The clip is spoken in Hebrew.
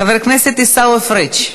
חבר הכנסת עיסאווי פריג'.